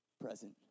present